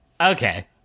Okay